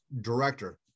director